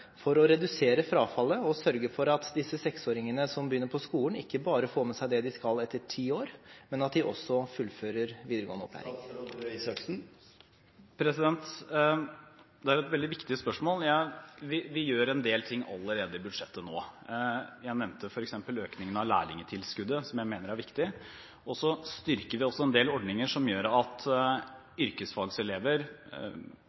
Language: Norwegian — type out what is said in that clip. for å redusere frafallet og sørge for at de seksåringene som begynner på skolen, ikke bare får med seg det de skal etter ti år, men at de også fullfører videregående opplæring. Det er et veldig viktig spørsmål. Vi gjør allerede en del ting i budsjettet nå. Jeg nevnte f.eks. økningen av lærlingtilskuddet, som jeg mener er viktig, og så styrker vi også en del ordninger som gjør at